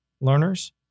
learners